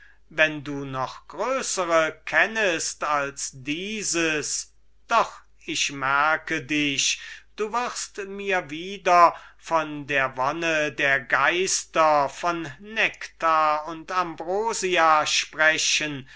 wenn du noch größere kennest als dieses doch ich merke dich du wirst mir wieder von den vergnügungen der geister von nektar und ambrosia sprechen